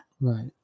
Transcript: Right